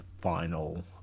final